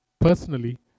personally